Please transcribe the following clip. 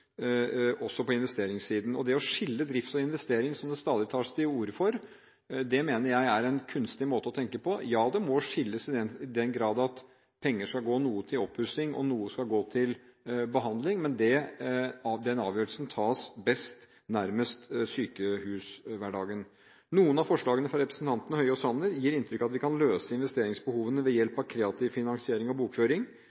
også på investeringssiden. Det å skille drift og investering, som det stadig tas til orde for, mener jeg er en kunstig måte å tenke på. Ja, det må skilles i den grad at noe penger skal gå til oppussing, og noe til behandling, men den avgjørelsen tas best nærmest sykehushverdagen. Noen av forslagene fra representantene Høie og Sanner gir inntrykk av at vi kan løse investeringsbehovene ved